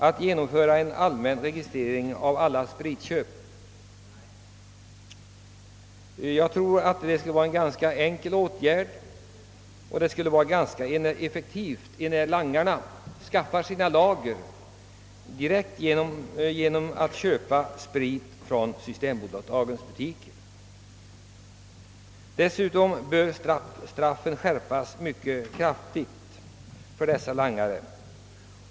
Åtgärden skulle vara ganska lätt att genomföra och den skulle också bli effektiv, eftersom langarna i allmänhet skaffar sina lager genom att köpa sprit i systembolagets butiker. Straffen för langare bör också skärpas kraftigt.